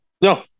No